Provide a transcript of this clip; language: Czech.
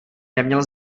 neměl